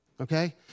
okay